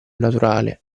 naturale